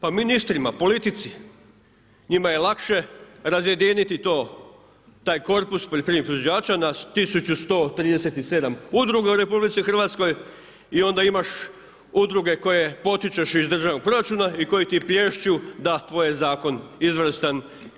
Pa ministrima, politici, njima je lakše razjediniti to taj korpus poljoprivrednih proizvođača na 1137 udruga u RH i onda imaš udruge koje potičeš iz državnog proračuna i koje ti plješću, da tvoj je zakon izvrstan.